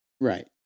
Right